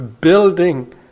building